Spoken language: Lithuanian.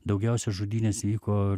daugiausia žudynės vyko